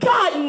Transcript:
God